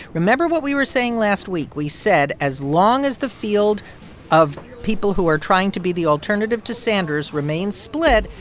remember what we were saying last week. we said as long as the field of people who are trying to be the alternative to sanders remains split,